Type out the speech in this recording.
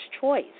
choice